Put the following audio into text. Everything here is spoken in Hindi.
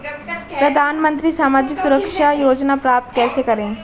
प्रधानमंत्री सामाजिक सुरक्षा योजना प्राप्त कैसे करें?